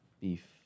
beef